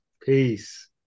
Peace